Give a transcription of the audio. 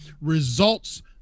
Results